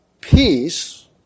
peace